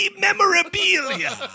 memorabilia